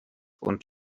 und